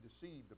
deceived